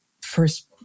first